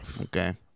okay